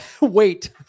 wait